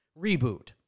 Reboot